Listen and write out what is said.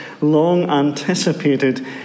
long-anticipated